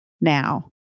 now